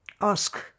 ask